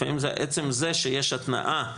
לפעמים זה עצם זה שיש התנעה,